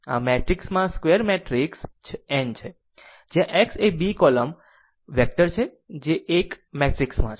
આમ n matrix માં square matrix n છે જ્યાં x અને b એ કોલમ વેક્ટર છે જે 1 મેટ્રિક્સ માં છે